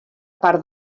part